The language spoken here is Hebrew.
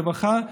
הרווחה,